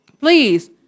Please